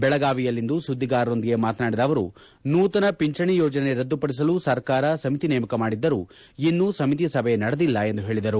ಬೆಳಗಾವಿಯಲ್ಲಿಂದು ಸುದ್ದಿಗಾರರೊಂದಿಗೆ ಮಾತನಾಡಿದ ಅವರು ನೂತನ ಪಿಂಚಣಿ ಯೋಜನೆ ರದ್ದುಪಡಿಸಲು ಸರ್ಕಾರ ಸಮಿತಿ ನೇಮಕ ಮಾಡಿದ್ದರೂ ಇನ್ನು ಸಮಿತಿ ಸಭೆ ನಡೆದಿಲ್ಲ ಎಂದು ಹೇಳಿದರು